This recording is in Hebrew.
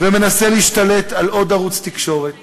ומנסה להשתלט על עוד ערוץ תקשורת